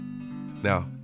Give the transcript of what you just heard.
Now